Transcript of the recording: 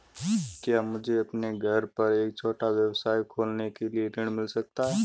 क्या मुझे अपने घर पर एक छोटा व्यवसाय खोलने के लिए ऋण मिल सकता है?